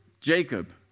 Jacob